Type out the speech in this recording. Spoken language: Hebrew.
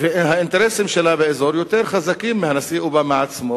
והאינטרסים שלה באזור יותר חזקים מהנשיא אובמה עצמו,